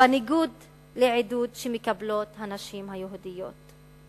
בניגוד לעידוד שמקבלות הנשים היהודיות.